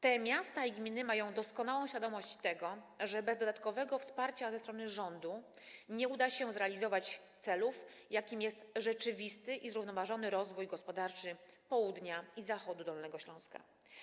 Te miasta i gminy mają pełną świadomość tego, że bez dodatkowego wsparcia ze strony rządu nie uda się zrealizować celu, jakim jest rzeczywisty i zrównoważony rozwój gospodarczy południa i zachodu Dolnego Śląska.